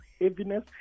heaviness